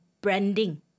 branding